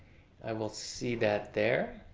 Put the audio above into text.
i will see that there.